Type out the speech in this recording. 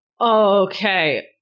okay